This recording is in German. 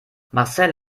marcel